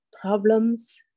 problems